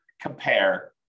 compare